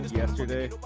yesterday